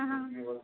हाँ